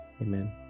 Amen